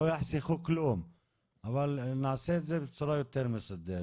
לא נחסוך מכם כלום אבל נעשה את זה בצורה יותר מסודרת